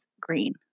Green